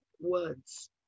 words